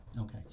Okay